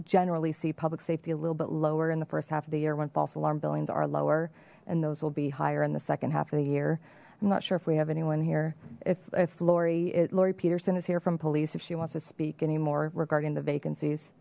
generally see public safety a little bit lower in the first half of the year when false alarm billings are lower and those will be higher in the second half of the year i'm not sure if we have anyone here if if laurie laurie peterson is here from police if she wants to speak any more regarding the vacancies